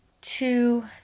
two